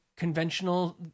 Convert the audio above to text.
conventional